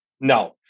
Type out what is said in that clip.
No